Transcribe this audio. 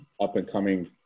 up-and-coming